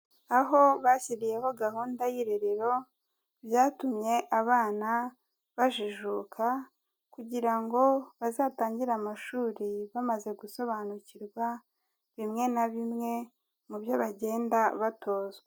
Aho bashyiriyeho gahunda y'irerero, byatumye abana bajijuka, kugira ngo bazatangire amashuri bamaze gusobanukirwa, bimwe na bimwe mu byo bagenda batozwa.